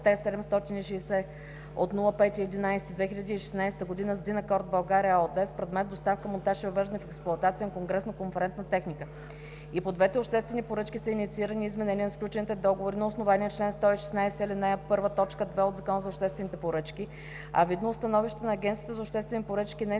Т 760 от 5 ноември 2016 г., с „Динакорд – България“ ЕООД с предмет: „Доставка, монтаж и въвеждане в експлоатация на конгресно-конферентна техника". И по двете обществени поръчки са инициирани изменения на сключените договори на основание чл. 116, ал. 1, т. 2 от Закона за обществените поръчки, а видно от становищата на Агенцията за обществени поръчки не